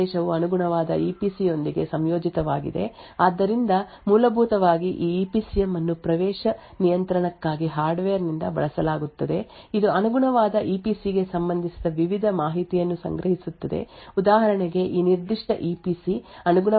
ನಂತರ ಇಪಿಸಿಎಂ ನಲ್ಲಿ 1024 ಪ್ರದೇಶಗಳು ಇರುತ್ತವೆ ಒಂದು ಪ್ರದೇಶವು ಅನುಗುಣವಾದ ಇಪಿಸಿ ಯೊಂದಿಗೆ ಸಂಯೋಜಿತವಾಗಿದೆ ಆದ್ದರಿಂದ ಮೂಲಭೂತವಾಗಿ ಈ ಇಪಿಸಿಎಂ ಅನ್ನು ಪ್ರವೇಶ ನಿಯಂತ್ರಣಕ್ಕಾಗಿ ಹಾರ್ಡ್ವೇರ್ನಿಂದ ಬಳಸಲಾಗುತ್ತದೆ ಇದು ಅನುಗುಣವಾದ ಇಪಿಸಿ ಗೆ ಸಂಬಂಧಿಸಿದ ವಿವಿಧ ಮಾಹಿತಿಯನ್ನು ಸಂಗ್ರಹಿಸುತ್ತದೆ ಉದಾಹರಣೆಗೆ ಈ ನಿರ್ದಿಷ್ಟ ಇಪಿಸಿ ಅನುಗುಣವಾದ ಇಪಿಸಿಎಂ ಅನ್ನು ಹೊಂದಿರುತ್ತದೆ